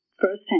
firsthand